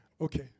Okay